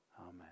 amen